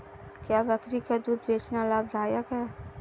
क्या बकरी का दूध बेचना लाभदायक है?